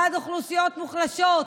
בעד אוכלוסיות מוחלשות,